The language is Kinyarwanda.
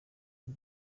iyo